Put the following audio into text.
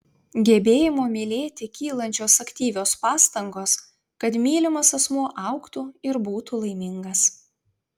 gebėjimo mylėti kylančios aktyvios pastangos kad mylimas asmuo augtų ir būtų laimingas